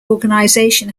organisation